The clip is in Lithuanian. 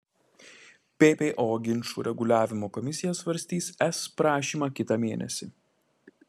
ppo ginčų reguliavimo komisija svarstys es prašymą kitą mėnesį